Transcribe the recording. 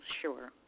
Sure